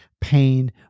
pain